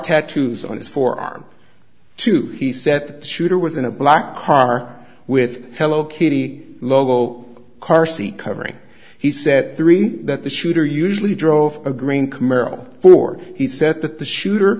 tattoos on his forearm two he said the shooter was in a black car with hello kitty logo car seat covering he said three that the shooter usually drove a green camaro ford he said that the shooter